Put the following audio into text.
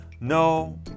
no